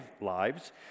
lives